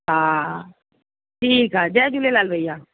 हा ठीकु आहे जय झूलेलाल भैया